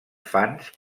fans